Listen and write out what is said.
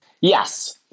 Yes